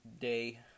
day